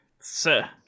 Sir